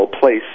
place